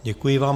Děkuji vám.